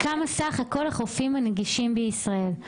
כמה סך הכול החופים הנגישים בישראל?